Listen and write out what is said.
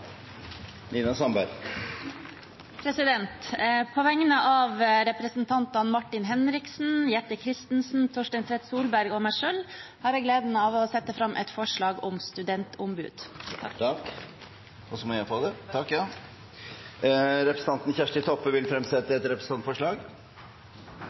et representantforslag. På vegne av representantene Martin Henriksen, Jette F. Christensen, Torstein Tvedt Solberg og meg selv har jeg gleden av å sette fram et forslag om studentombud. Representanten Kjersti Toppe vil fremsette